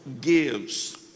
gives